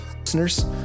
Listeners